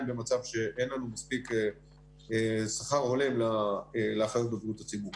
במצב שאין לנו מספיק שכר הולם לאחיות בריאות הציבור,